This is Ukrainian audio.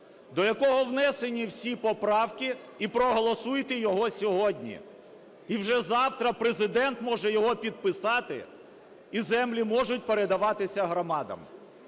до якого внесені всі поправки і проголосуйте його сьогодні. І вже завтра Президент може його підписати, і землі можуть передаватися громадам.